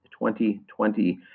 2020